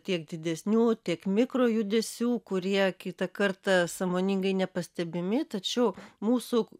tiek didesnių tiek mikrojudesių kurie kitą kartą sąmoningai nepastebimi tačiau mūsų